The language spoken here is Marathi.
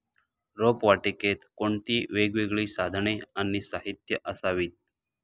रोपवाटिकेत कोणती वेगवेगळी साधने आणि साहित्य असावीत?